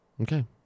Okay